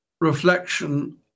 reflection